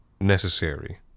necessary